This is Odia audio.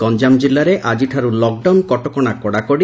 ଗଞ୍ଞାମ ଜିଲ୍ଲାରେ ଆଜିଠାରୁ ଲକ୍ଡାଉ୍ନ କଟକଣା କଡାକଡି